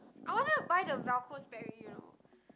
I wanted to buy the velcro Sperry you know